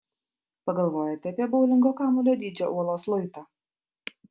pagalvojate apie boulingo kamuolio dydžio uolos luitą